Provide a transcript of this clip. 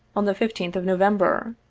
on the fifteenth of november.